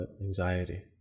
anxiety